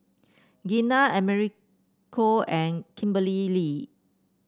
Gina Americo and Kimberlee Lee